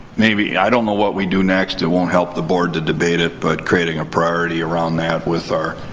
maybe. i don't know what we do next. it won't help the board to debate it. but creating a priority around that with our